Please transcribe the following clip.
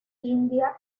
india